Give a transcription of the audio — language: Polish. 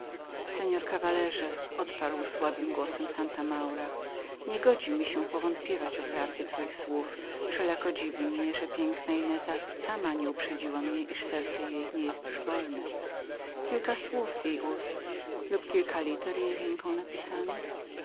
seor kawalerze odparł słabym głosem santa maura niegodzi mi się powątpiewać o prawdzie słów twoich wszelako dziwi mnie że piękna ineza sama nie uprzedziła mnie iż serce jej nie jest już wolnem kilka słów z jej ust lub kilka liter jej ręką napisanych